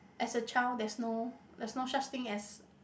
as a child there's no there's no such thing as